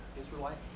Israelites